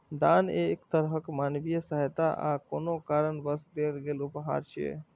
दान एक तरहक मानवीय सहायता आ कोनो कारणवश देल गेल उपहार छियै